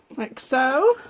like so